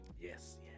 yes